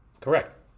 Correct